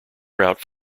route